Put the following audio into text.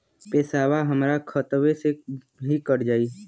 पेसावा हमरा खतवे से ही कट जाई?